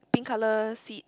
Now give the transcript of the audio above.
pink colour seats